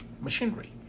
machinery